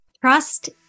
Trust